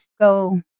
go